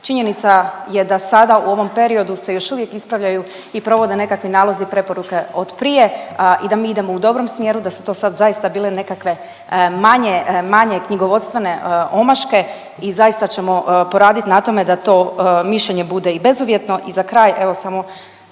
činjenica je da sada u ovom periodu se još uvijek ispravljaju i provode nekakvi nalozi i preporuke od prije i da mi idemo u dobrom smjeru, da su to sad zaista bile nekakve manje, manje knjigovodstvene omaške i zaista ćemo poradit na tome da to mišljenje bude i bezuvjetno i za kraj evo samo